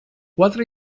quatre